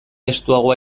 estuagoa